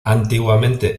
antiguamente